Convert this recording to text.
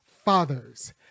fathers